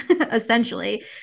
essentially